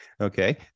okay